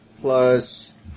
Plus